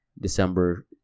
December